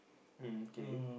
okay